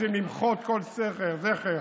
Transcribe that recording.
רוצים למחות כל זכר,